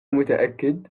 متأكد